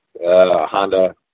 Honda